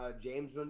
James